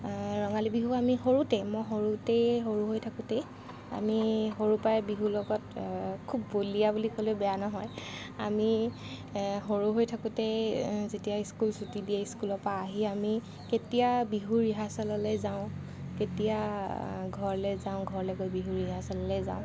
ৰঙালী বিহু আমি সৰুতেই মই সৰুতেই সৰু হৈ থাকোঁতেই আমি সৰু পৰাই বিহুৰ লগত খুব বলিয়া বুলি ক'লেও বেয়া নহয় আমি সৰু হৈ থাকোঁতেই যেতিয়া স্কুল ছুটি দিয়ে স্কুলৰ পৰা আহি আমি কেতিয়া বিহুৰ ৰিহাৰ্ছেললৈ যাওঁ কেতিয়া ঘৰলৈ যাওঁ ঘৰলৈ গৈ বিহুৰ ৰিহাৰ্ছেললৈ যাওঁ